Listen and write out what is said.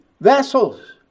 vessels